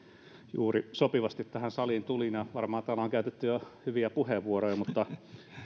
juuri sopivasti tähän saliin tulin ja varmaan täällä on käytetty jo hyviä puheenvuoroja mutta